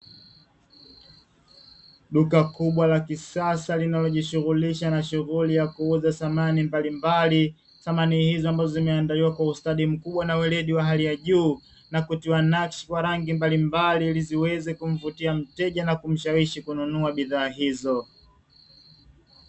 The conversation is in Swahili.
Duka kubwa la kisasa linalojishughulisha na shughuli ya kuuza samani mbalimbali, samani hizo zimeandaliwa kwa ustadi mkubwa na uweledi wa hali ya juu na kutiwa nakshi kwa rangi mbalimbali, ili ziweze kumvutia mteja na kumshawishi kununua bidhaa hizo.